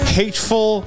hateful